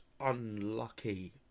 unlucky